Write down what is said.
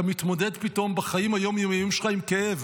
אתה מתמודד פתאום בחיים היום-יומיים שלך עם כאב,